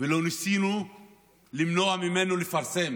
ולא ניסינו למנוע ממנו לפרסם